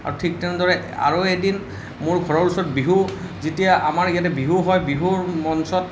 আৰু ঠিক তেনেদৰে আৰু এদিন মোৰ ঘৰৰ ওচৰত বিহু যেতিয়া আমাৰ ইয়াত বিহু হয় বিহুৰ মঞ্চত